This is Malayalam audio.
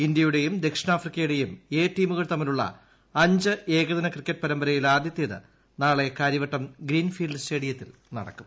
ഇന്തൃയുടെയും ദക്ഷിണാഫ്രിക്കയുടെയും എ ടീമുകൾ തമ്മിലുള്ള അഞ്ച് ഏകദിന ക്രിക്കറ്റ് പരമ്പരയിൽ ആദ്യത്തേത് നാളെ കാര്യവട്ടം ഗ്രീൻ ഫീൽഡ് സ്റ്റേഡിയത്തിൽ നടക്കും